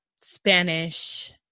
Spanish